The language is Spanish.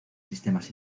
sistemas